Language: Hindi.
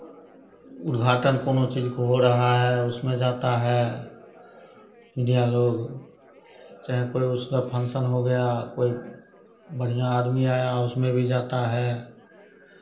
उद्घाटन कोनों चीज़ का हो रहा है उसमें जाता है मीडिया लोग चाहे कोई उसका फंक्शन हो गया कोई बढ़ियाँ आदमी आया उसमें भी जाता है